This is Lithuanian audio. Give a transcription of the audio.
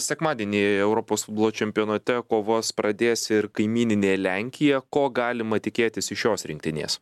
sekmadienį europos futbolo čempionate kovas pradės ir kaimyninė lenkija ko galima tikėtis iš šios rinktinės